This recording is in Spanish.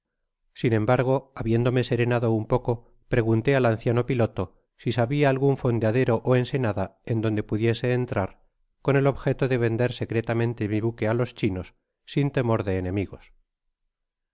sin embargo habiéndome serenado un poco pregunté al anciano piloto si sabia algun fondeadero ó ensenada en donde pudiese entrar con el objeta de vender secretamente mi buque á jos chinos sin temor de enemigos